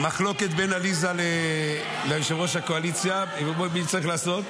מחלוקת בין עליזה ליושב-ראש הקואליציה, מה לעשות?